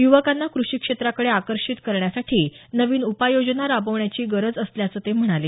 युवकांना कृषी क्षेत्राकडे आकर्षित करण्यासाठी नवीन उपाययोजना राबवण्याची गरज असल्याचं ते म्हणाले